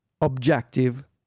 objective